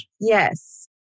Yes